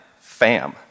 Fam